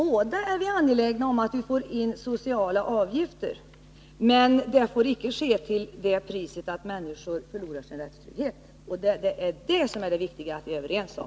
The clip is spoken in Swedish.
Vi är båda angelägna om att de sociala avgifterna inbetalas, men det får icke ske till det priset att människor förlorar sin rättstrygghet. Det är det som det är viktigt att vi är överens om.